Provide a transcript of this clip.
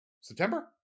September